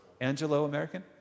Angelo-American